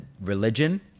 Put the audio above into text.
religion